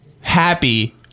happy